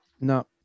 No